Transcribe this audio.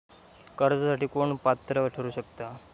कर्जासाठी कोण पात्र ठरु शकता?